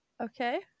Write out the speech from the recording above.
Okay